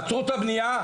עצרו את הבנייה.